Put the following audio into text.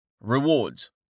Rewards